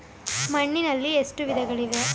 ಮಣ್ಣಿನಲ್ಲಿ ಎಷ್ಟು ವಿಧಗಳಿವೆ?